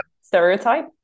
stereotype